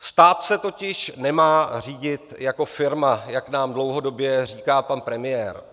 Stát se totiž nemá řídit jako firma, jak nám dlouhodobě říká pan premiér.